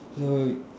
so